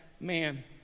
man